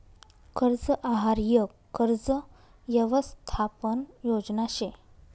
कर्ज आहार यक कर्ज यवसथापन योजना शे